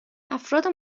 افراد